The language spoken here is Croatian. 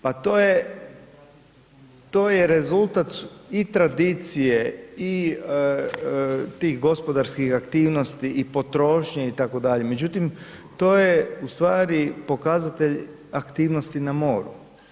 Pa to je, to je rezultat i tradicije i tih gospodarskih aktivnosti i potrošnje itd., međutim to je u stvari pokazatelj aktivnosti na moru.